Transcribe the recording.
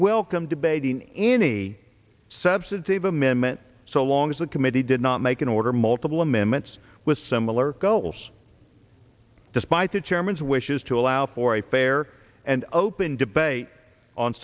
will come debating any substantive amendment so long as the committee did not make an order multiple amendments with similar goals despite the chairman's wishes to allow for a fair and open debate on